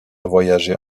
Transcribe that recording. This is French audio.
voyager